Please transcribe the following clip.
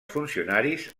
funcionaris